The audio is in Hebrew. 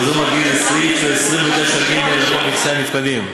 סעיף 29ג לחוק נכסי הנפקדים,